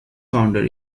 founder